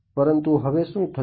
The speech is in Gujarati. પરંતુ હવે શું થશે